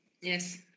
Yes